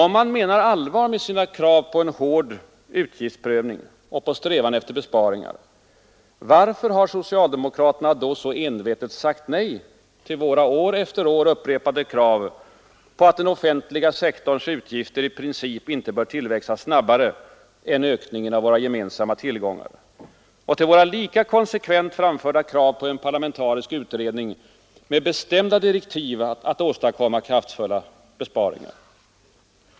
Om man menar allvar med sina krav på en hård utgiftsprövning och på strävan efter besparingar, varför har socialdemokraterna då så envetet sagt nej till våra år efter år upprepade krav på att den offentliga sektorns utgifter i princip icke bör tillväxa snabbare än ökningen av våra gemensamma tillgångar, och till våra lika konsekvent framförda krav på en parlamentarisk utredning med bestämda direktiv att åstadkomma kraftfulla besparingar?